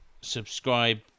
subscribe